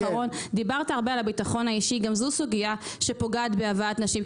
דיברת הרבה על הביטחון האישי גם זו סוגיה שפוגעת בהבאת נשים.